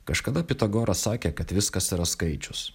kažkada pitagoras sakė kad viskas yra skaičius